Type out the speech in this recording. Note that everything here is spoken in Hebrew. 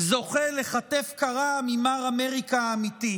זוכה לכתף קרה מ"מר אמריקה" האמיתי,